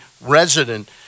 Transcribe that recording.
resident